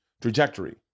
trajectory